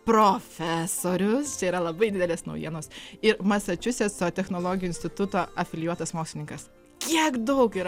profesorius čia yra labai didelės naujienos ir masačusetso technologijų instituto afilijuotas mokslininkas kiek daug yra